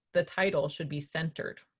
the title should be centered.